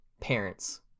parents